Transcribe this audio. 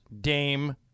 Dame